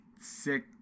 sick